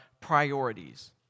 priorities